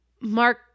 Mark